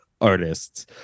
artists